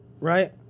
right